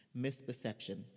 misperception